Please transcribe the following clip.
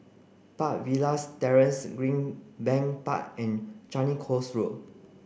Park Villas Terrace Greenbank Park and Changi Coast Walk